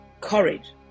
courage